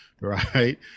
right